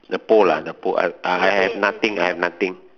the pole lah the pole I have nothing I have nothing